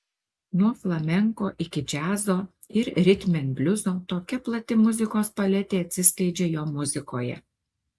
nuo flamenko iki džiazo ir ritmenbliuzo tokia plati muzikos paletė atsiskleidžia jo muzikoje